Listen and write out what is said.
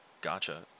Gotcha